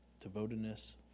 devotedness